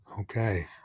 Okay